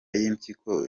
y’impyiko